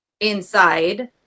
inside